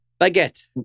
baguette